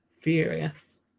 furious